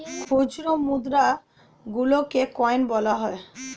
খুচরো মুদ্রা গুলোকে কয়েন বলা হয়